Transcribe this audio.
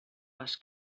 les